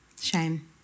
shame